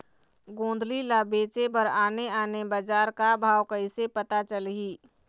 गोंदली ला बेचे बर आने आने बजार का भाव कइसे पता चलही?